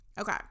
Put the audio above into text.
Okay